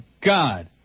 God